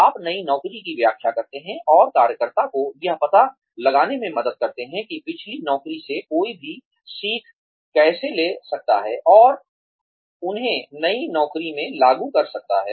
आप नई नौकरी की व्याख्या करते हैं और कार्यकर्ता को यह पता लगाने में मदद करते हैं कि पिछली नौकरी से कोई भी सीख कैसे ले सकता है और उन्हें नई नौकरी में लागू कर सकता है